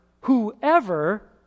whoever